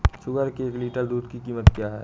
सुअर के एक लीटर दूध की कीमत क्या है?